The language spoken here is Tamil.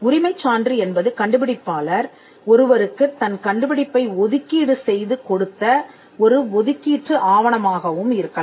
உரிமைச் சான்று என்பது கண்டுபிடிப்பாளர் ஒருவருக்குத் தன் கண்டுபிடிப்பை ஒதுக்கீடு செய்து கொடுத்த ஒரு ஒதுக்கீட்டு ஆவணமாகவும் இருக்கலாம்